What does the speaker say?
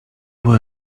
were